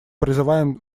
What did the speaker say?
призываем